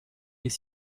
est